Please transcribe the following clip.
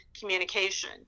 communication